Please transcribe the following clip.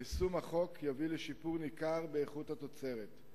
יישום החוק יביא לשיפור ניכר באיכות התוצרת,